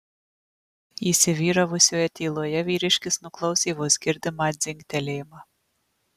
įsivyravusioje tyloje vyriškis nuklausė vos girdimą dzingtelėjimą